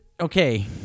Okay